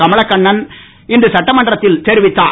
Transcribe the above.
கமலக் கண்ணன் இன்று சட்டமன்த்தில் தெரிவித்தார்